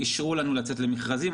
אישרו לנו לצאת למכרזים,